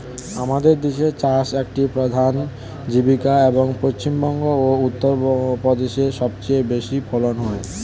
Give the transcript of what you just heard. আমাদের দেশে চাষ একটি প্রধান জীবিকা, এবং পশ্চিমবঙ্গ ও উত্তরপ্রদেশে সবচেয়ে বেশি ফলন হয়